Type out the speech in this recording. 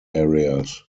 areas